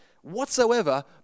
whatsoever